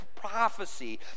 Prophecy